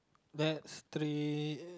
that's three